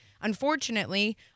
unfortunately